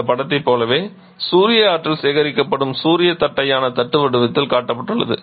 இந்த படத்தைப் போலவே சூரிய ஆற்றல் சேகரிக்கப்படும் சூரிய தட்டையான தட்டு வடிவத்தில் காட்டப்பட்டுள்ளது